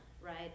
right